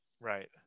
Right